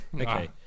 Okay